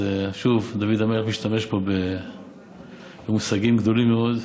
שוב, דוד המלך משתמש פה במושגים גדולים מאוד.